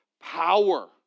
power